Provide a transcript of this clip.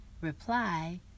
reply